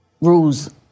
rules